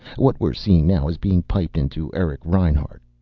what we're seeing now is being piped in to eric reinhart.